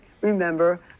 remember